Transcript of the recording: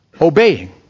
obeying